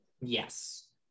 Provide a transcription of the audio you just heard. Yes